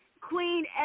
Queen